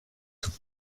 sous